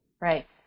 Right